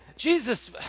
Jesus